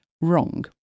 wrong